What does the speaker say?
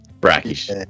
Brackish